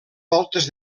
voltes